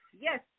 Yes